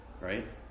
right